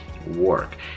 work